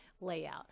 layout